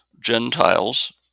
Gentiles